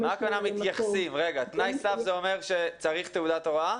--- תנאי סף זה אומר שצריך תעודת הוראה?